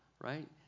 right